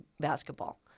basketball